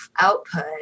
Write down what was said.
output